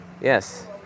Yes